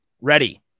ready